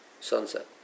sunset